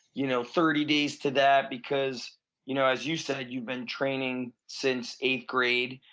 you know thirty days to that, because you know as you said, you've been training since eight grade,